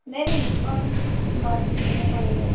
نہیں نہیں ڈسکاؤنٹ کے بعد کتنے میں پڑے گا